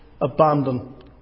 abandon